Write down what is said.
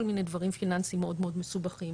מיני דברים פיננסים מאוד מאוד מסובכים,